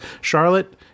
Charlotte